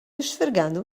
esfregando